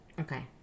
Okay